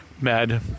mad